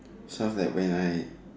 sounds like when I